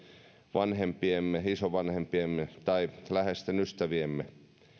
vanhempiemme isovanhempiemme tai läheisten ystäviemme